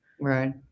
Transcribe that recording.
Right